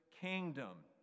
kingdom